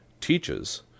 teaches